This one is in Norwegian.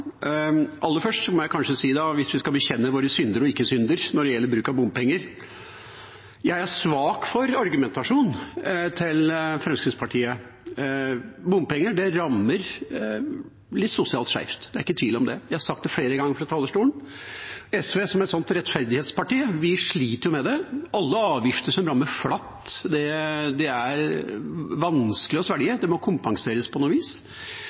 Aller først må jeg kanskje si – hvis vi skal bekjenne våre synder eller ikke-synder når det gjelder bruk av bompenger: Jeg er svak for argumentasjonen til Fremskrittspartiet. Bompenger rammer litt sosialt skjevt. Det er ikke tvil om det. Jeg har sagt det flere ganger fra talerstolen. SV, som et rettferdighetsparti, vi sliter med det. Alle avgifter som rammer flatt, er vanskelige å svelge. De må kompenseres på noe vis.